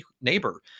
neighbor